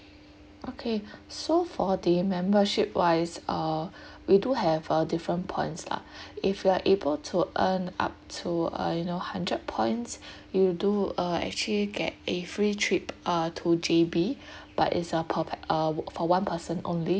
okay so for the membership wise uh we do have a different points lah if you are able to earn up to uh you know hundred points you do uh actually get a free trip uh to J_B but it's a per pax uh for one person only